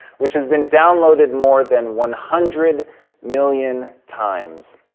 which has been downloaded more than one hundred million times.